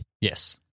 Yes